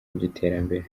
by’iterambere